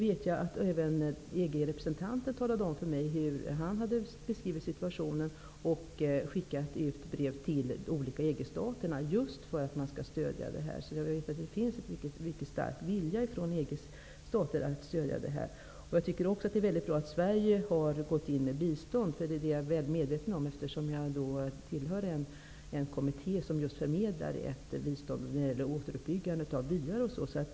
EG-representanten talade om för mig hur han hade beskrivit situationen i brev till olika EG-stater för att de skulle ge sitt stöd. Jag vet att det finns en mycket stark vilja från EG:s stater att ge stöd. Det är bra att Sverige har gått in med bistånd. Jag är väldigt medveten om detta eftersom jag tillhör en kommitté som förmedlar bistånd till återuppbyggande av byar.